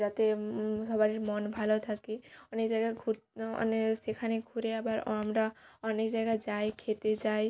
যাতে সবারির মন ভালো থাকে অনেক জায়গায় ঘুর অনেক সেখানে ঘুরে আবার আমরা অনেক জায়গায় যাই খেতে যাই